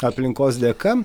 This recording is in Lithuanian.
aplinkos dėka